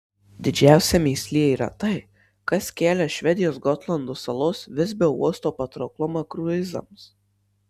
didžiausia mįslė yra tai kas kelia švedijos gotlando salos visbio uosto patrauklumą kruizams